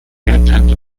attended